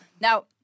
Now